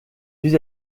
puis